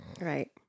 Right